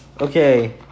Okay